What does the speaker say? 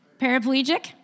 paraplegic